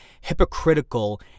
hypocritical